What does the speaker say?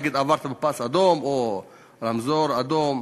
נגיד עבירת פס לבן או רמזור אדום,